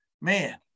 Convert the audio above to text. Man